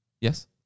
yes